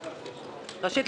ראשית,